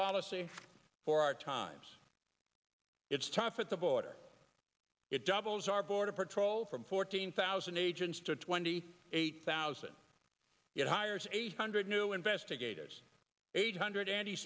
policy for our times it's tough at the border it doubles our border patrol from fourteen thousand agents to twenty eight thousand hires eight hundred new investigators eight hundred